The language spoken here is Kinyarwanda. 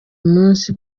munsi